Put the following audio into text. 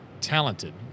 talented